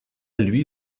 lui